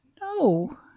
No